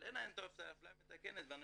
אנשים,